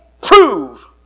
prove